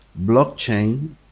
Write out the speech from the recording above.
blockchain